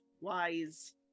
wise